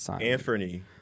anthony